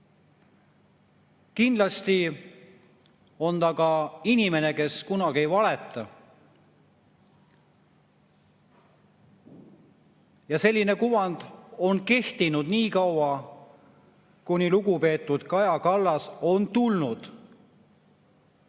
kindlasti on ta ka inimene, kes kunagi ei valeta. Selline kuvand kehtis nii kaua, kuni lugupeetud Kaja Kallas tuli